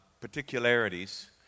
particularities